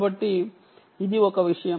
కాబట్టి ఇది ఒక విషయం